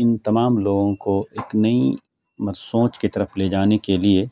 ان تمام لوگوں کو ایک نئی سوچ کی طرف لے جانے کے لیے